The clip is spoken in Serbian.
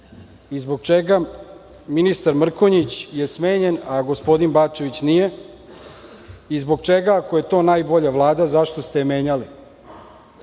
i zbog čega ministar Mrkonjić je smenjen, a gospodin Bačević nije i zbog čega, ako je to najbolja Vlada, ste je menjali? Mislimo